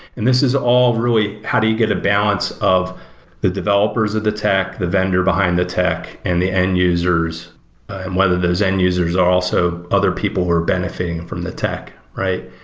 and this is all really how do you get a balance of the developers of the tech, the vendor behind the tech and the end users and whether those end users are also other people who are benefiting from the tech, right?